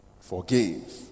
forgive